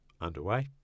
underway